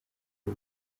uri